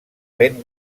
ben